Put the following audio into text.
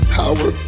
power